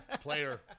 player